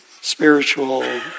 spiritual